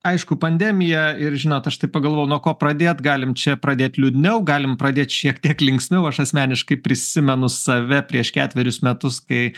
aišku pandemiją ir žinot aš taip pagalvojau nuo ko pradėt galim čia pradėt liūdniau galim pradėt šiek tiek linksmiau aš asmeniškai prisimenu save prieš ketverius metus kai